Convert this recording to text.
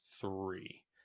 three